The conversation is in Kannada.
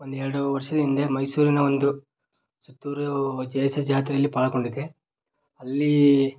ಒಂದು ಎರಡು ವರ್ಷದಿಂದೆ ಮೈಸೂರಿನ ಒಂದು ಜಾತ್ರೆಯಲ್ಲಿ ಪಾಲ್ಗೊಂಡಿದ್ದೆ ಅಲ್ಲಿ